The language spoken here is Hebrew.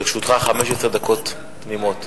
לרשותך 15 דקות תמימות.